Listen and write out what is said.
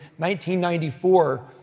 1994